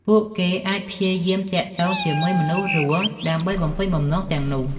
ពួកគេអាចព្យាយាមទាក់ទងជាមួយមនុស្សរស់ដើម្បីបំពេញបំណងទាំងនោះ។